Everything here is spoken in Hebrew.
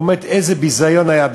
היא אומרת: איזה ביזיון היה.